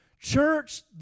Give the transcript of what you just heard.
Church